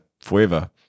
forever